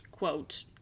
quote